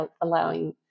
allowing